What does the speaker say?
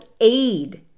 aid